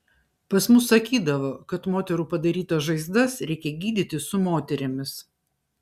pas mus sakydavo kad moterų padarytas žaizdas reikia gydyti su moterimis